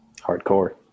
Hardcore